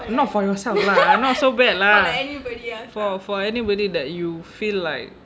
not for yourself lah not so bad lah for for anybody that you feel like